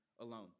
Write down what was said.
alone